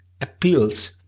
Appeals